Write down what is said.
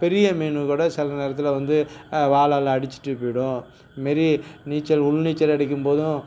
பெரிய மீன் கூட சில நேரத்தில் வந்து வாலால் அடிச்சிட்டு போய்டும் இது மாரி நீச்சல் உள் நீச்சல் அடிக்கும்போதும்